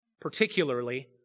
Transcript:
particularly